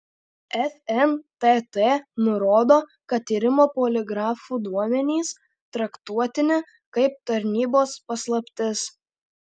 fntt nurodo kad tyrimo poligrafu duomenys traktuotini kaip tarnybos paslaptis